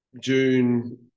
june